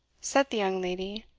said the young lady.